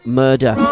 murder